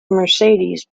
mercedes